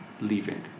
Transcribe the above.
leaving